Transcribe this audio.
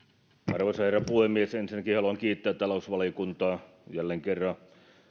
arvoisa herra puhemies ensinnäkin haluan kiittää talousvaliokuntaa jälleen kerran